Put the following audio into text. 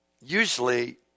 usually